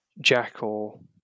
jackal